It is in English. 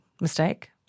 mistake